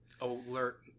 alert